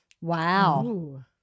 wow